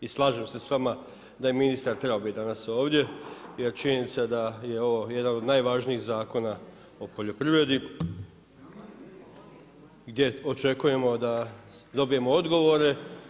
I slažem se s vama da je ministar trebao biti danas ovdje jer činjenica je da je ovo jedan od najvažnijih Zakona o poljoprivredi gdje očekujemo da dobijemo odgovore.